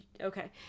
Okay